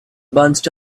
bunched